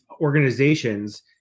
organizations